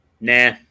Nah